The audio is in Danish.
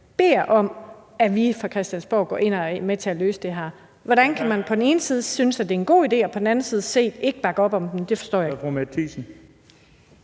beder om, nemlig at vi fra Christiansborg går ind og er med til at løse det. Hvordan kan man på den ene side synes, at det er en god idé, og på den anden side ikke bakke op om det? Det forstår jeg ikke.